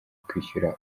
kuyishyura